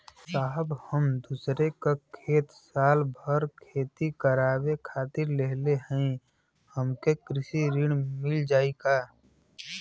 साहब हम दूसरे क खेत साल भर खेती करावे खातिर लेहले हई हमके कृषि ऋण मिल जाई का?